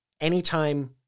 anytime